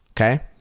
okay